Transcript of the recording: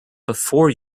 before